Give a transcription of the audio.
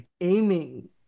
aiming